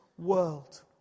world